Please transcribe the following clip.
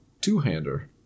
two-hander